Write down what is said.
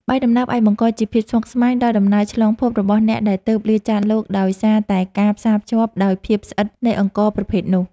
បាយដំណើបអាចបង្កជាភាពស្មុគស្មាញដល់ដំណើរឆ្លងភពរបស់អ្នកដែលទើបលាចាកលោកដោយសារតែការផ្សារភ្ជាប់ដោយភាពស្អិតនៃអង្ករប្រភេទនោះ។